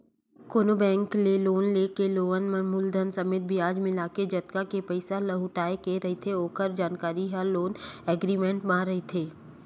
कोनो बेंक ले लोन के लेवब म मूलधन समेत बियाज मिलाके जतका के पइसा लहुटाय के रहिथे ओखर जानकारी ह लोन एग्रीमेंट म रहिथे